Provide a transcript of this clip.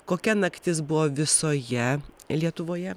kokia naktis buvo visoje lietuvoje